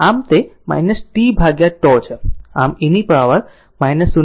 આમ તે t t τ છે આમ e પાવર 0